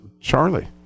Charlie